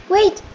Wait